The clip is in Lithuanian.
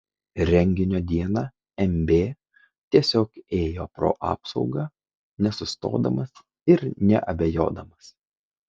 renginio dieną mb tiesiog ėjo pro apsaugą nesustodamas ir neabejodamas